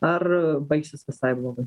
ar baigsis visai blogai